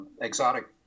exotic